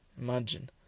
Imagine